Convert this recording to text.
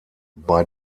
bei